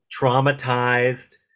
traumatized